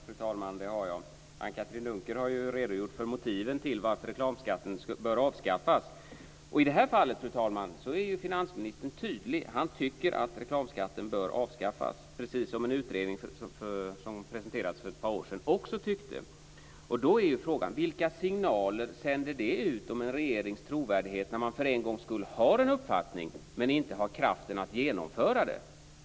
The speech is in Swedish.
Fru talman! Anne-Katrine Dunker har ju redogjort för motiven till att reklamskatten bör avskaffas. Och i det här fallet, fru talman, är finansministern tydlig. Han tycker att reklamskatten bör avskaffas, precis som en utredning som presenterades för ett par år sedan också tyckte. Då är frågan: Vilka signaler sänder det ut om en regerings trovärdighet om man för en gångs skull har en uppfattning men inte har kraften att genomföra den?